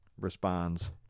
responds